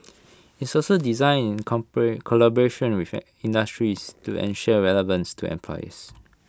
it's also design in collaboration with industry to ensure relevance to employers